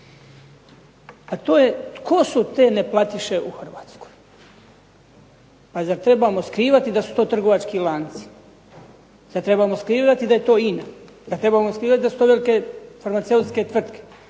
Pa to je, tko su te neplatiše u Hrvatskoj? Pa zar trebamo skrivati da su to trgovački lanci, pa zar trebamo skrivati da je to INA, da trebamo skrivati da su to velike farmaceutske tvrtke,